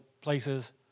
places